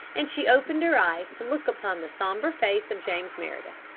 and she opened her eyes to look upon the sombre face of james meredith.